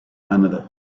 another